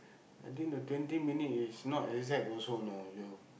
I think the twenty minute is not exact also know !aiyo!